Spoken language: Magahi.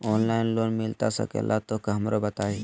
ऑनलाइन लोन मिलता सके ला तो हमरो बताई?